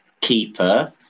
keeper